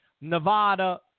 Nevada